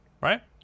right